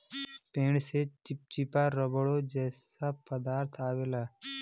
पेड़ से चिप्चिपा रबड़ो जइसा पदार्थ अवेला